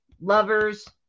lovers